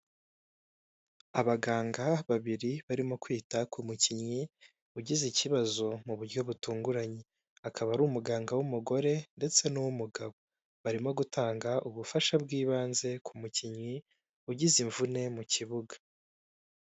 Abaganga babiri barimo kwita ku mukinnyi, ugize ikibazo mu buryo butunguranye. Akaba ari umuganga w'umugore ndetse n'uw'umugabo, barimo gutanga ubufasha bw'ibanze ku mukinnyi, ugize imvune mu kibuga.